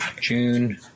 june